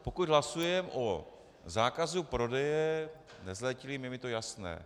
Pokud hlasujeme o zákazu prodeje nezletilým, je mi to jasné.